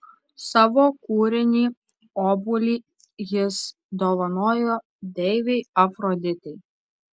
savo kūrinį obuolį jis dovanojo deivei afroditei